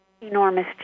enormous